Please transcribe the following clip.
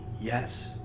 yes